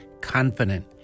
confident